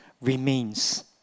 remains